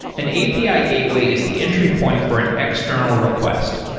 an api ah gateway is the entry point for an external request.